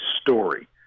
story